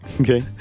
Okay